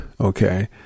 Okay